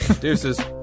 Deuces